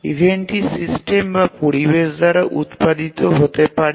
ইভেন্টটি system বা পরিবেশ দ্বারা উত্পাদিত হতে পারে